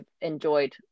enjoyed